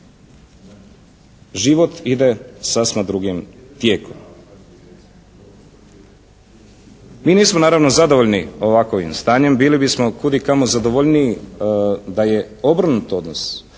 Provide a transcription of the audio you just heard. život ide sasma drugim tijekom. Mi nismo naravno zadovoljni ovakovim stanjem. Bili bismo kud i kamo zadovoljniji da je obrnut odnos,